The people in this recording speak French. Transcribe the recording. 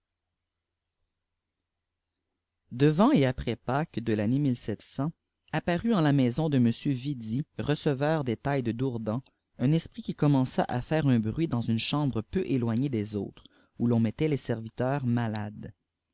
et après pes de l'an apparut en la maison de m vidi receveur des tailles de dourdan un esprit qui commença à ffeire du bruit dans une chambre peu éloignée des autres où l'on mettait les serviteurs malades